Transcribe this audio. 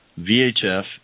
VHF